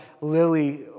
Lily